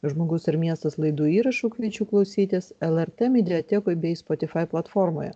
žmogus ir miestas laidų įrašų kviečiu klausytis lrt mediatekoje bei spotifai platformoje